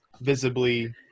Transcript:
visibly